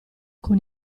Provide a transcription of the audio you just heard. con